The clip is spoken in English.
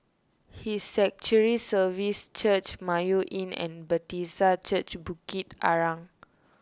His Sanctuary Services Church Mayo Inn and Bethesda Church Bukit Arang